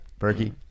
Berkey